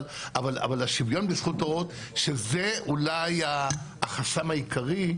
אבל השוויון בזכות הורות שזה אולי החסם העיקרי,